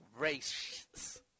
racist